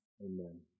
Amen